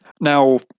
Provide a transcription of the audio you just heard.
Now